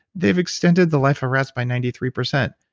they've extended the life of rats by ninety three percent.